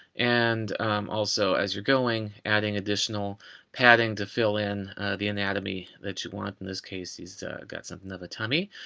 and also, as you're going adding additional padding to fill in the anatomy that you want. in this case, he's got something of a tummy.